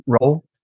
role